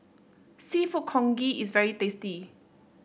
seafood Congee is very tasty